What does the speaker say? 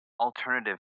alternative